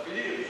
תבהיר,